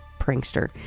prankster